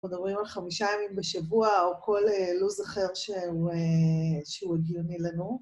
‫אנחנו מדברים על חמישה ימים בשבוע, ‫או כל לו"ז אחר שהוא... שהוא הגיוני לנו.